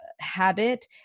habit